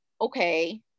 okay